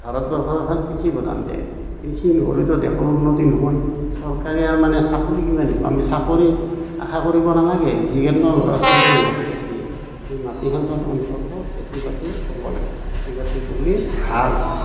ভাৰতবৰ্ষ এখন কৃষি প্ৰধান দেশ কৃষি নহ'লেতো দেশৰ উন্নতি নহয় চৰকাৰে আৰু মানে চাকৰি কিমান দিব আমি চাকৰি আশা কৰিব নালাগে বিভিন্ন ল'ৰা ছোৱালীৰ মাটি আছে সেই মাটিখিনিতো অন্ততঃ খেতি বাতি কৰিব লাগে খেতি বাতি কৰিলে ভাল